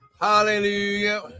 Hallelujah